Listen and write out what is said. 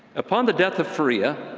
upon the death of faria,